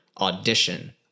audition